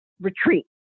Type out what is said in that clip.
retreat